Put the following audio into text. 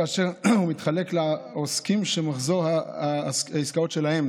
כאשר הוא מתחלק לעוסקים שמחזור העסקאות שלהם